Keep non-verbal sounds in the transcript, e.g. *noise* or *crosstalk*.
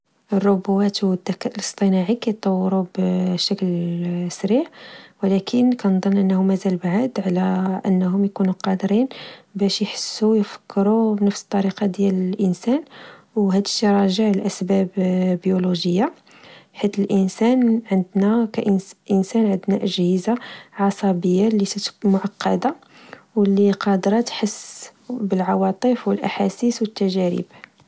الروبوتات والذكاء الاصطناعي كطورو بشكل سيرع، ولكن كنظن أنه مزال بعاد على أنه يكونو قادرين باش يحسو، وفكرو بنفس الطريقة ديال الإنسان، وهادشي راجع لأسباب بيولوجية، حيت الإنسان *hesitation* كإنسان عندنا أجهزة عصبية *hesitation* معقدة، واللي قادرة تحس بالعواطف و الأحاسيس والتجارب،